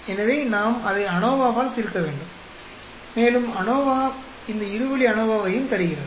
எனவே நாம் அதை அநோவாவால் தீர்க்க வேண்டும் மேலும் அநோவா இந்த இரு வழி அநோவாவையும் தருகிறது